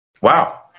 Wow